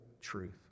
truth